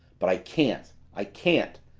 but i can't i can't!